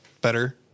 better